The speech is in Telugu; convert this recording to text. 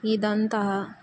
ఇదంతా